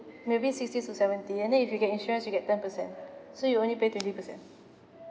maybe sixty to seventy and then if you get insurance you get ten percent so you'll only pay twenty percent